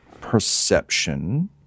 Perception